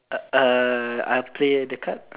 err I play the card